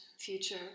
future